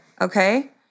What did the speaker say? Okay